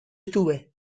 estuve